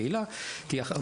בקהילה כי שוב,